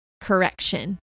correction